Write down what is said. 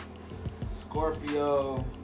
Scorpio